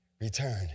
Return